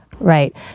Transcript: Right